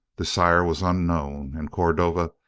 the sire was unknown, and cordova,